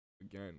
again